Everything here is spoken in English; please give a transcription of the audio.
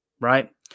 Right